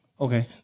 Okay